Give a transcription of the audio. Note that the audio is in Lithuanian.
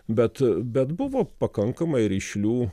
bet bet buvo pakankamai rišlių